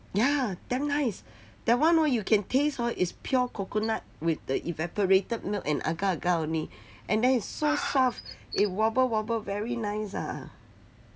ya damn nice that [one] orh you can taste hor is pure coconut with the evaporated milk and agar agar only and then it's so soft it wobble wobble very nice ah